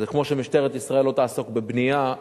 כמו שמשטרת ישראל לא תעסוק בבנייה,